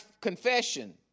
confession